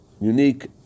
unique